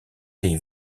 des